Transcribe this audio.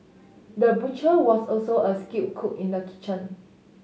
the butcher was also a skilled cook in the kitchen